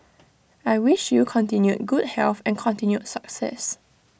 I wish you continued good health and continued success